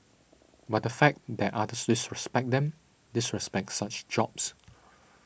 but the fact that others disrespect them disrespect such jobs